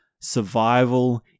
Survival